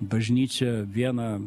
bažnyčią vieną